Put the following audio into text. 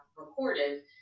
recorded